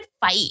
fight